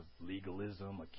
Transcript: legalism